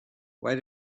why